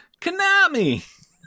Konami